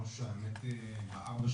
ובכל תחנה שהייתי בה בדרך,